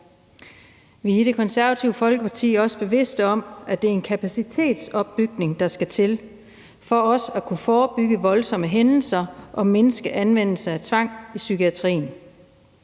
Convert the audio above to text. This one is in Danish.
Vi er i Det Konservative Folkeparti også bevidste om, at det er en kapacitetsopbygning, der skal til for også at kunne forebygge voldsomme hændelser og mindske anvendelse af tvang i psykiatrien.